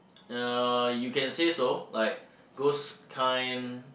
uh you can say so like ghost kind